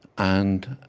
and